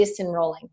disenrolling